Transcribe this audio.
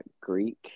Greek